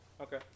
Okay